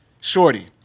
shorty